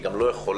היא גם לא יכולה,